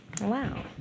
wow